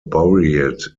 buried